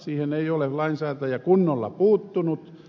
siihen ei ole lainsäätäjä kunnolla puuttunut